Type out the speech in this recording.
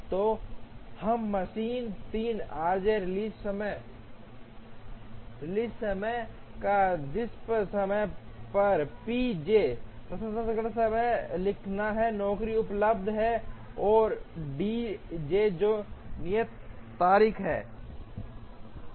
तो हम machine 3 RJ release समय या जिस पर समय पर pj प्रसंस्करण समय लिखना है नौकरी उपलब्ध है और डीजे जो नियत तारीख है